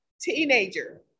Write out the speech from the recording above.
Teenager